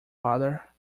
father